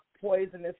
poisonous